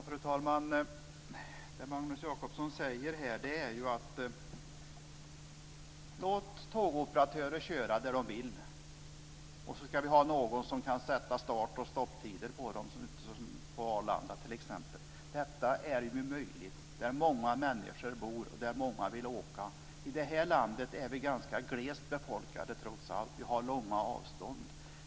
Fru talman! Det Magnus Jacobsson här säger är: Låt tågoperatörer köra där de vill. Sedan ska vi ha någon som ska sätta start och stopptider för dem, t.ex. på Arlanda. Detta är möjligt där många människor bor och där många vill åka. Det här landet är trots allt ganska glest befolkat. Vi har långa avstånd.